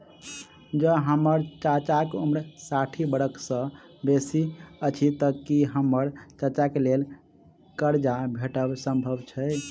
जँ हम्मर चाचाक उम्र साठि बरख सँ बेसी अछि तऽ की हम्मर चाचाक लेल करजा भेटब संभव छै?